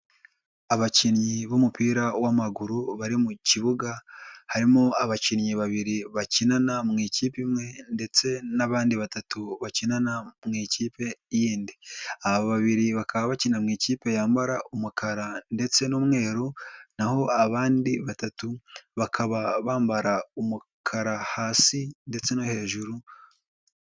Abakinnyi b'umupira w'amaguru bari mu kibuga, harimo abakinnyi babiri bakinana mu ikipe imwe ndetse n'abandi batatu bakinana mu ikipe yindi. Aba babiri bakaba bakina mu ikipe yambara umukara ndetse n'umweru, naho abandi batatu bakaba bambara umukara hasi ndetse no hejuru.